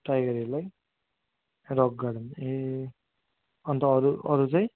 टाइगरहिल है Rock Garden ए अन्त अरू अरू चाहिँ